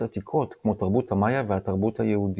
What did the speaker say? עתיקות כמו תרבות המאיה והתרבות היהודית.